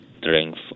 strength